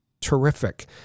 terrific